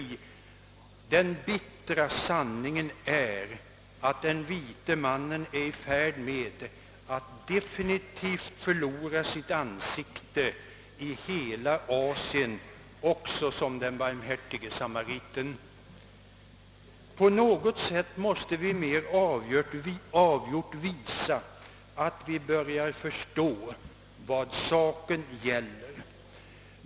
Den bittra sanningen är att den vite mannen är i färd med att definitivt förlora sitt ansikte i hela Asien också som den barmhärtige samariten. På något sätt måste vi mera avgjort visa att vi börjar förstå vad saken gäller.